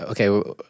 okay